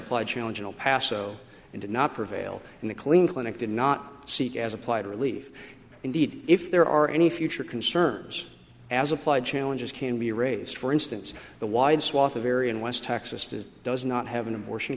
applied challenge in paso and did not prevail in the clean clinic did not seek as applied relief indeed if there are any future concerns as applied challenges can be raised for instance the wide swath of area in west texas is does not have an abortion